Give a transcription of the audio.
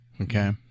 Okay